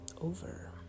over